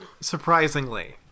surprisingly